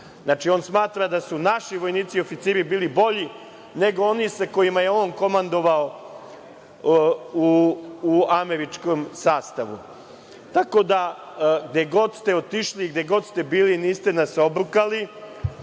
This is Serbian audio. Znači, on smatra da su naši vojnici i oficiri bili bolji nego oni sa kojima je on komandovao u američkom sastavu. Tako da gde god ste otišli, gde god ste bili niste nas obrukali. Želim